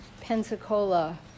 Pensacola